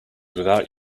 without